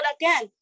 again